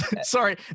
Sorry